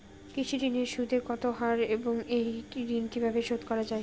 কৃষি ঋণের সুদের হার কত এবং এই ঋণ কীভাবে শোধ করা য়ায়?